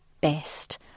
best